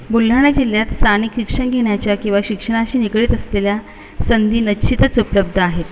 बुलढाणा जिल्ह्यात स्थानिक शिक्षण घेण्याच्या किंवा शिक्षणाशी निगडीत असलेल्या संधी निश्चितच उपलब्ध आहेत